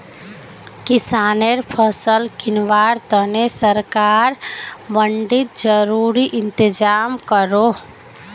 किस्सानेर फसल किंवार तने सरकार मंडित ज़रूरी इंतज़ाम करोह